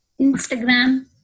Instagram